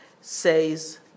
says